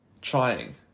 trying